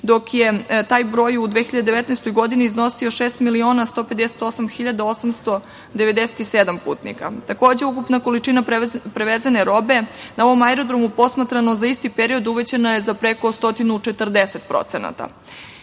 dok je taj broj u 2019. godini iznosio 6.158.897 putnika. Takođe, ukupna količina prevezene robe na ovom aerodromu, posmatrano za isti period je uvećana za preko 140%Kada